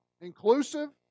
inclusive